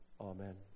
Amen